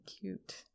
cute